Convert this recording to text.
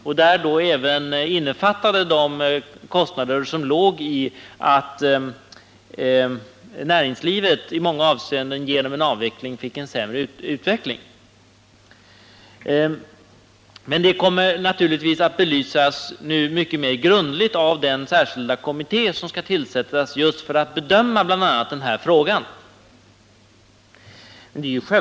Där innefattades då även de kostnader som låg i att näringslivet genom en avveckling i många avseenden fick en sämre utveckling. Men detta kommer naturligtvis att belysas mycket mer grundligt än hittills i den särskilda kommitté som skall tillsättas just för att bedöma bl.a. den här frågan.